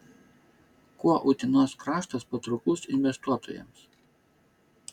kuo utenos kraštas patrauklus investuotojams